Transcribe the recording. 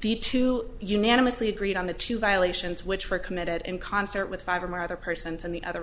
the two unanimously agreed on the two violations which were committed in concert with five or more other persons and the other